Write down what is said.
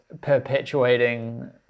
perpetuating